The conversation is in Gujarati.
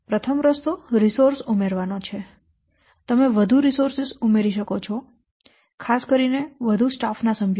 પ્રથમ રસ્તો રિસોર્સ ઉમેરવાનો છે તમે વધુ રિસોર્સ ઉમેરી શકો છો ખાસ કરીને વધુ સ્ટાફ ના સભ્યો